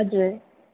हजुर